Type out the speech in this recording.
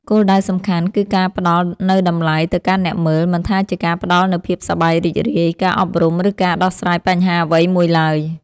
គោលដៅសំខាន់គឺការផ្តល់នូវតម្លៃ ទៅកាន់អ្នកមើល មិនថាជាការផ្ដល់នូវភាពសប្បាយរីករាយ ការអប់រំ ឬការដោះស្រាយបញ្ហាអ្វីមួយឡើយ។